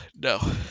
no